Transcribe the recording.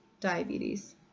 diabetes